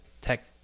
tech